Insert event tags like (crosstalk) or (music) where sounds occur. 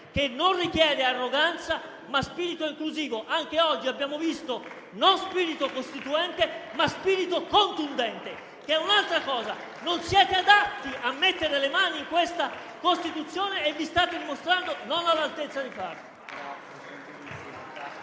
che non richiede arroganza, ma spirito inclusivo. (applause) Anche oggi abbiamo visto che non c'è uno spirito costituente, ma uno spirito contundente, che è un'altra cosa. Non siete adatti a mettere le mani su questa Costituzione e vi state dimostrando non all'altezza di farlo.